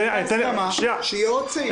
הייתה הסכמה שיהיה עוד סעיף.